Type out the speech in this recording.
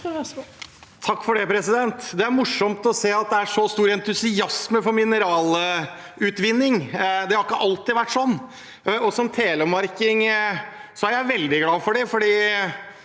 Hoksrud (FrP) Det er morsomt å se at det er så stor entusiasme for mineralutvinning. Det har ikke alltid vært sånn. Som telemarking er jeg veldig glad for det,